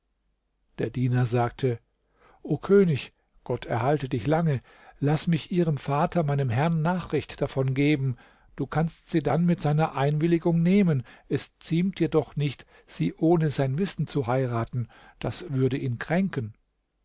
der diener sagte o könig gott erhalte dich lange laß mich ihrem vater meinem herrn nachricht davon geben du kannst sie dann mit seiner einwilligung nehmen es ziemt dir doch nicht sie ohne sein wissen zu heiraten das würde ihn kränken